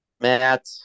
Matt